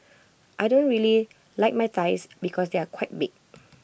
I don't really like my thighs because they are quite big